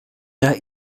der